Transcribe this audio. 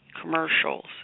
Commercials